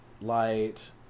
Light